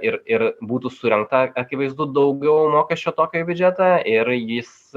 ir ir būtų surenkta akivaizdu daugiau mokesčio tokio į biudžetą ir jis